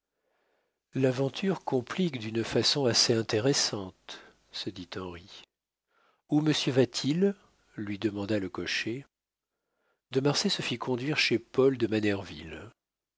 se complique d'une façon assez intéressante se dit henri où monsieur va-t-il lui demanda le cocher de marsay se fit conduire chez paul de